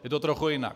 Je to trochu jinak.